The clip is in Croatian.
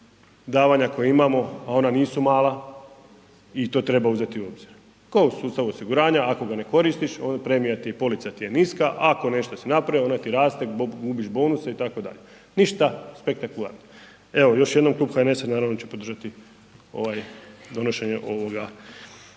davanja koje imamo, a ona nisu mala i to treba uzeti u obzir. Tko u sustavu osiguranja, ako ga ne koristiš, onda premija ti je, polica ti je niska, ako nešto si napravio, ona ti raste, gubiš bonuse, itd. Ništa spektakularno. Evo, još jednom, Klub HNS-a naravno će podržati ovaj donošenje ovoga